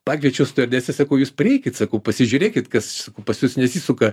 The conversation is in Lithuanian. pakviečiau stiuardesę sakau jūs prieikit sakau pasižiūrėkit kas pas jus nesisuka